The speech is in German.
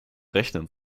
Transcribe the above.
rechnen